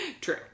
true